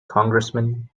congressmen